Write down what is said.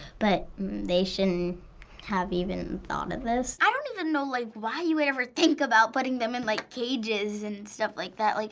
but they shouldn't have even thought of this. i don't even know like why he would ever think about putting them in like cages and stuff like that. like